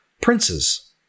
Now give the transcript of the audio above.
princes